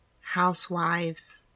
housewives